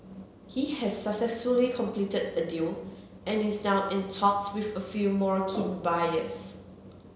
he has successfully completed a deal and is now in talks with a few more keen buyers